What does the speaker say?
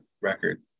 record